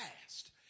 past